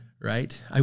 Right